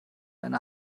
einer